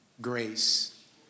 grace